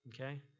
Okay